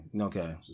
Okay